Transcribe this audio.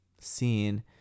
scene